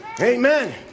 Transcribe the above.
Amen